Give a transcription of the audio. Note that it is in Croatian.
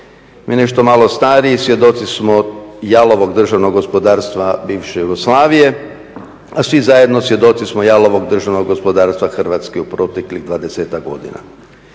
Mi nešto malo stariji svjedoci smo jalovog državnog gospodarstva bivše Jugoslavije, a svi zajedno svjedoci smo jalovog državnog gospodarstva Hrvatske u proteklih dvadesetak godina.